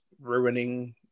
ruining